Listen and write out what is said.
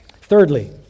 Thirdly